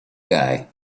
guy